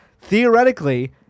Theoretically